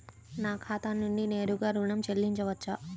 నా ఖాతా నుండి నేరుగా ఋణం చెల్లించవచ్చా?